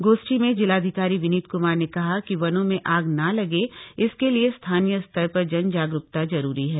गोष्ठी में जिलाधिकारी विनीत कमार ने कहा कि वनों में आग न लगे इसके लिए स्थानीय स्तर पर जनजागरूकता जरूरी है